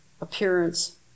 appearance